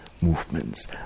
movements